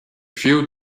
view